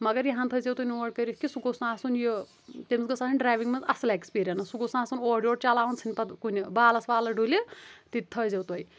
مگر یِہَن تھٲیزٮ۪و تُہُۍ نوٹ کٔرِتھ کہِ سُہ گوژھ نہٕ آسُن یہِ تٔمِس گٕژھ آسٕنۍ ڈرٛایوِنٛگ منٛز اَصٕل ایکٕسپیٖریَنٕس سُہ گوژھ نہٕ آسُن اور یور چَلاوان ژھٕنہِ پَتہٕ کُنہِ بالَس والَس ڈُلہٕ تہِ تہِ تھٲیزٮ۪و تُہۍ